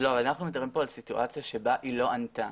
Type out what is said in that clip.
אנחנו מדברים כאן על סיטואציה שבה היא לא ענתה.